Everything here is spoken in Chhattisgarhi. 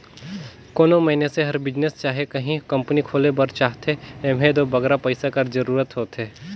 कोनो मइनसे हर बिजनेस चहे काहीं कंपनी खोले बर चाहथे एम्हें दो बगरा पइसा कर जरूरत होथे